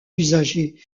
usagé